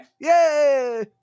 Yay